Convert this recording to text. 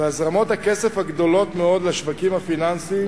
והזרמות הכסף הגדולות מאוד לשווקים הפיננסיים